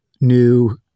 new